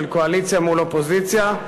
של קואליציה מול אופוזיציה,